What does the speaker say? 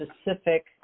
specific